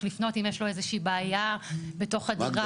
לפנות אם יש לו איזושהי בעיה בתוך הדירה.